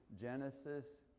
Genesis